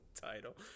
title